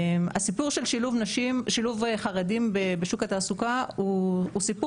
הסיפור של שילוב חרדים בשוק התעסוקה הוא סיפור